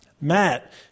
Matt